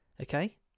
Okay